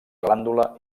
glàndula